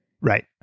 Right